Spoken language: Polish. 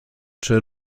czy